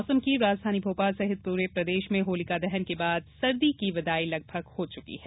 मौसम राजधानी भोपाल सहित पूरे प्रदेश में होलिका दहन के बाद सर्दी की विदाई लगभग हो चुकी है